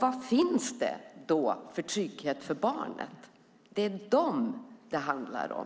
Vad finns det då för trygghet för barnen? Det är ju dem det handlar om.